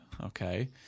Okay